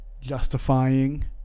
justifying